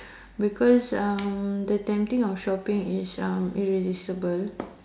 because uh the tempting of shopping is um irresistible